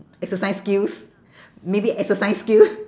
exercise skills maybe exercise skill